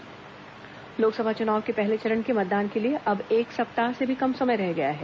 लोकसभा चुनाव मतदान लोकसभा चुनाव के पहले चरण के मतदान के लिए अब एक सप्ताह से भी कम समय रह गया है